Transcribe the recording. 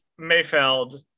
Mayfeld